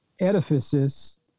edifices